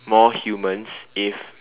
more humans if